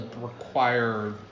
require